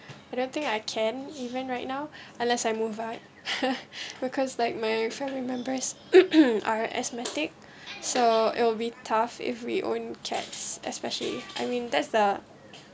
I don't think I can even right now unless I move out because like my family members are asthmatic so it'll be tough if we own cats especially I mean that's the